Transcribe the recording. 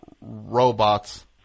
robots